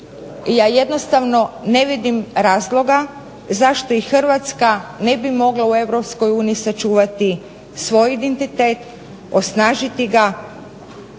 Ja jednostavno ne vidim razloga zašto i Hrvatska ne bi mogla u Europskoj uniji sačuvati svoj identitet, osnažiti ga